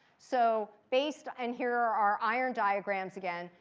so, based and here are our iron diagrams again.